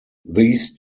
these